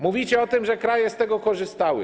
Mówicie o tym, że kraje z tego korzystały.